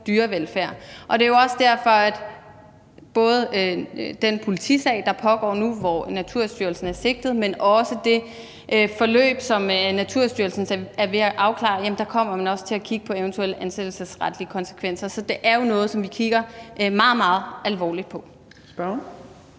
og det er jo også derfor, at man både i den politisag, der pågår nu, hvor Naturstyrelsen er sigtet, men også i forbindelse med det forløb, som Naturstyrelsen er ved at afklare, kommer til at kigge på eventuelle ansættelsesretlige konsekvenser. Så det er jo noget, som vi kigger meget, meget alvorligt på.